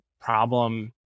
problem